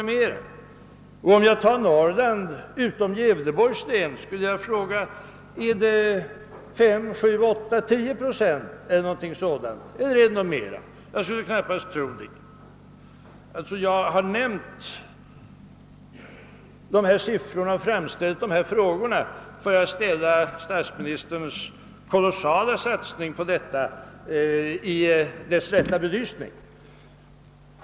Är det beträffande hela Norrland utom Gävleborgs län 5, 7, 8, 10 procent eller mer? Jag skulle knappast tro det. Jag har nämnt dessa siffror och ställt dessa frågor för att ge statsministerns tal om den kolossala satsningen på detta område dess rätta belysning.